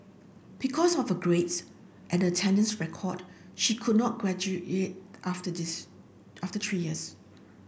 because of the grades and attendance record she could not graduate after these after three years